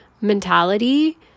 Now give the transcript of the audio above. mentality